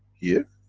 here.